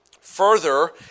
Further